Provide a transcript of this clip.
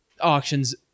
auctions